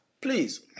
please